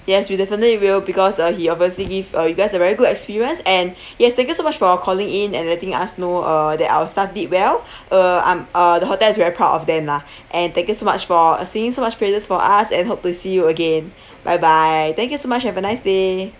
yes we definitely will because uh he obviously give uh you guys a very good experience and yes thank you so much for calling in and letting us know uh that our staff well uh I'm uh the hotel is very proud of them lah and thank you so much for uh saying so much praises for us and hope to see you again bye bye thank you so much have a nice day